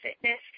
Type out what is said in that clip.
fitness